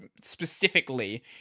specifically